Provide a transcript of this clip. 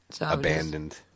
abandoned